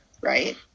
right